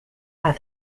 are